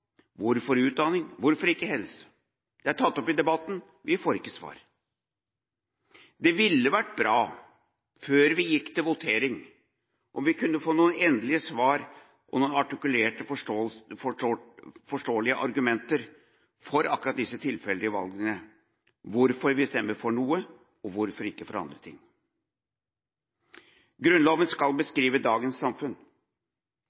Hvorfor utdanning? Hvorfor ikke helse? Det er tatt opp i debatten. Vi får ikke svar. Det ville vært bra om vi, før vi gikk til votering, kunne få noen endelige svar og noen artikulerte, forståelige argumenter for akkurat disse tilfeldige valgene – hvorfor de stemmer for noe, og hvorfor ikke for andre ting. Grunnloven skal